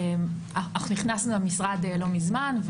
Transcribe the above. נכנסנו למשרד לא מזמן,